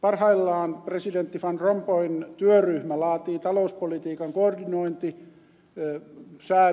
parhaillaan presidentti van rompuyn työryhmä laatii unionille talouspolitiikan koordinointisäädöksiä